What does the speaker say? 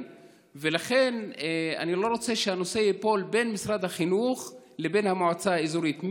ולכן אני לא רוצה שהנושא ייפול בין משרד החינוך לבין המועצה האזורית.